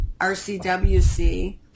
RCWC